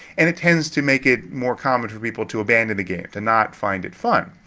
and it tends to make it more common for people to abandon a game. to not find it fun.